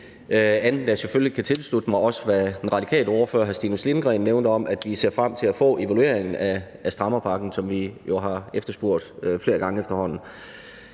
end at jeg selvfølgelig kan tilslutte mig, hvad også den radikale ordfører, hr. Stinus Lindgreen, nævnte om, at vi ser frem til at få evalueringen af strammerpakken, som vi jo efterhånden har efterspurgt flere gange. Ellers er